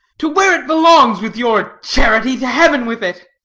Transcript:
to where it belongs with your charity! to heaven with it!